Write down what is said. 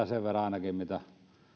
sen verran ainakin mitä